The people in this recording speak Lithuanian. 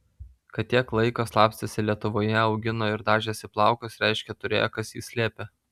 kad tiek laiko slapstėsi lietuvoje augino ir dažėsi plaukus reiškia turėjo kas jį slėpė